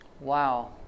Wow